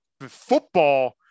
Football